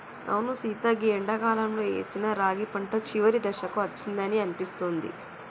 అవును సీత గీ ఎండాకాలంలో ఏసిన రాగి పంట చివరి దశకు అచ్చిందని అనిపిస్తుంది